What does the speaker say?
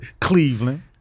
Cleveland